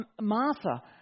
Martha